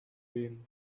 again